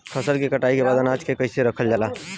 फसल कटाई के बाद अनाज के कईसे रखल जाला?